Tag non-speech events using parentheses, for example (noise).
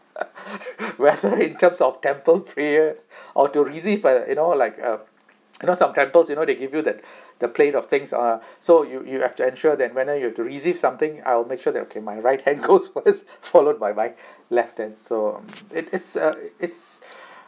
(laughs) whether in terms of temple prayer or to received a you know like uh you know some temples you know they give you that the plate of things ah so you you have to ensure that whenever you have to receive something I'll make sure that okay my right hand goes first followed by my left hand so it it's a it's